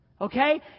Okay